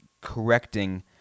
correcting